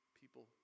people